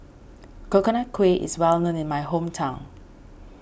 Coconut Kuih is well known in my hometown